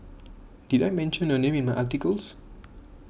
did I mention your name in my articles